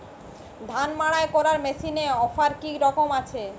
ধান মাড়াই করার মেশিনের অফার কী রকম আছে?